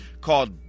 called